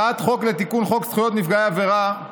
רק שנייה.